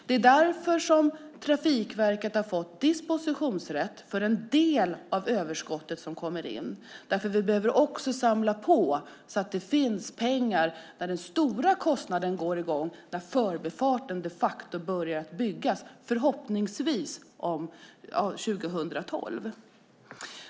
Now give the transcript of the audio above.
Det är därför som Trafikverket har fått dispositionsrätt för en del av det överskott som kommer in därför att vi också behöver samla in pengar så att det finns pengar när den stora kostnaden uppstår då förbifarten de facto börjar byggas, förhoppningsvis 2012.